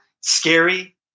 Scary